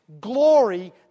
glory